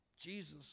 Jesus